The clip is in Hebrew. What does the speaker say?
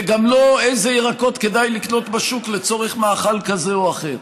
וגם לא איזה ירקות כדאי לקנות בשוק לצורך מאכל כזה או אחר.